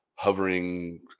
hovering